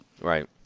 Right